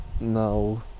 No